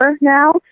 now